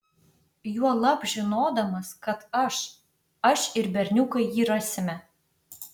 juolab žinodamas kad aš aš ir berniukai jį rasime